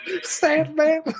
Sandman